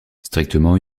strictement